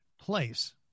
place